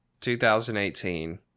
2018